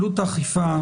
עלות האכיפה,